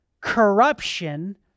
corruption